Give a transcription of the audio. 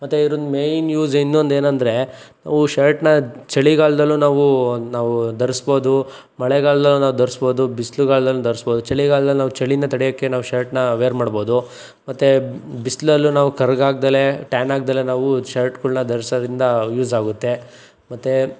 ಮತ್ತೆ ಇದ್ರದ್ದು main use ಇನ್ನೊಂದು ಏನೆಂದ್ರೆ ನಾವು ಶರ್ಟ್ನ ಚಳಿಗಾಲದಲ್ಲೂ ನಾವು ನಾವು ಧರಿಸ್ಬೋದು ಮಳೆಗಾಲದಲ್ಲೂ ನಾವು ಧರಿಸ್ಬೋದು ಬಿಸಿಲ್ಗಾಲ್ದಲ್ಲೂ ಧರಿಸ್ಬೋದು ಚಳಿಗಾಲ್ದಲ್ಲಿ ನಾವು ಚಳಿಯಿಂದ ತಡೆಯೋಕೆ ನಾವು ಶರ್ಟ್ನ ವೇರ್ ಮಾಡ್ಬೋದು ಮತ್ತೆ ಬಿಸಿಲಲ್ಲೂ ನಾವು ಕರ್ರಗೆ ಆಗದೆಲೆ ಟ್ಯಾನ್ ಆಗದೆಲೆ ನಾವು ಶರ್ಟ್ಗಳನ್ನ ಧರಿಸೋದ್ರಿಂದ ಯೂಸ್ ಆಗುತ್ತೆ ಮತ್ತೆ